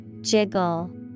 jiggle